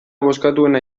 bozkatuena